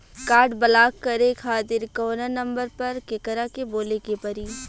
Card block करे खातिर कवना नंबर पर केकरा के बोले के परी?